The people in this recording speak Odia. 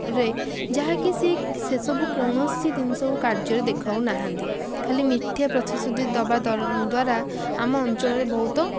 ରେ ଯାହାକି ସେ ସେସବୁ କୌଣସି ଜିନିଷକୁ କାର୍ଯ୍ୟରେ ଦେଖାଉନାହାନ୍ତି ଖାଲି ମିଥ୍ୟା ପ୍ରତିଶୃତି ଦେବା ଦ୍ଵାରା ଆମ ଅଞ୍ଚଳରେ ବହୁତ